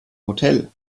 hotel